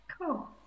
Cool